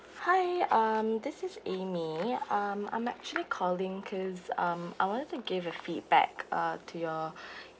hi um this is amy um I'm actually calling cause um I wanted to give a feedback uh to your